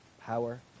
power